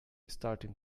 starting